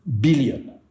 billion